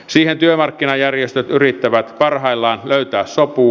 siihen työmarkkinajärjestöt yrittävät parhaillaan löytää sopua